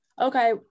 okay